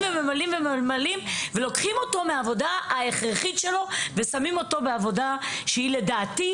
וממלאים ולוקחים אותו מהעבודה ההכרחית שלו ושמים אותו בעבודה שהיא לדעתי,